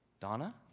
Donna